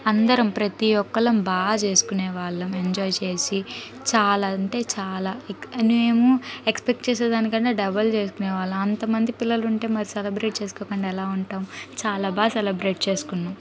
అందరం ప్రతి ఒక్కరం బాగా చేసుకునేవాళ్లం ఎంజాయ్ చేసి చాలా అంటే చాలా మేము ఎక్స్పెక్ట్ చేసే దానికన్నా డబల్ చేసుకునేవాళ్లం అంత మంది పిల్లలుంటే మరి సెలబ్రేట్ చేసుకోకుండా ఎలా ఉంటాం చాలా బాగా సెలబ్రేట్ చేసుకున్నాం